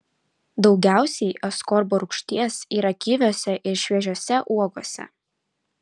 daugiausiai askorbo rūgšties yra kiviuose ir šviežiose uogose